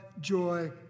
joy